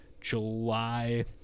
july